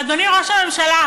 אדוני ראש הממשלה,